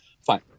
fine